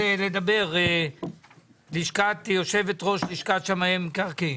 בוגין, יושבת-ראש לשכת שמאי המקרקעין.